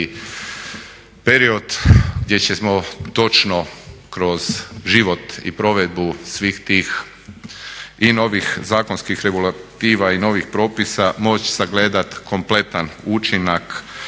period gdje ćemo točno kroz život i provedbu svih tih i novih zakonskih regulativa i novih propisa moći sagledati kompletan učinak